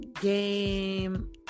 game